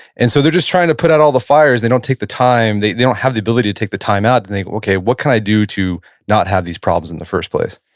and so they're just trying to put out all the fires, they don't take the time, they they don't have the ability to take the time out and think, okay, what can i do to not have these problems in the first place?